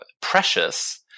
precious